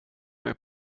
mig